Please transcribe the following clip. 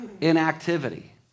inactivity